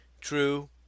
True